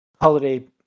holiday